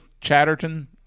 Chatterton